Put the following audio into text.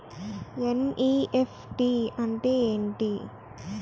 NEFT అంటే ఏమిటి?